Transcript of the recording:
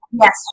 Yes